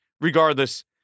regardless